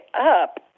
up